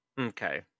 Okay